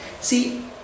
See